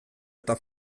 eta